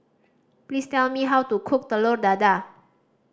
please tell me how to cook Telur Dadah